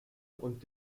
und